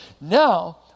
Now